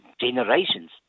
generations